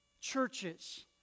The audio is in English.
churches